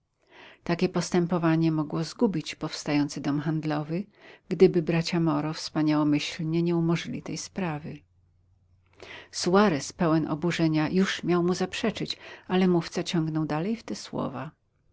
takie postępowanie mogło zgubić powstający dom handlowy gdyby bracia moro wspaniałomyślnie nie umorzyli tej sprawy suarez pełen oburzenia już miał mu zaprzeczyć ale mówca ciągnął dalej w te słowa